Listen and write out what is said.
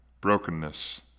brokenness